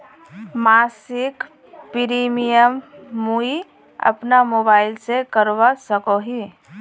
मासिक प्रीमियम मुई अपना मोबाईल से करवा सकोहो ही?